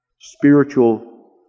spiritual